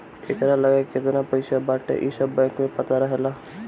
एकरा लगे केतना पईसा बाटे इ सब बैंक के पता रहेला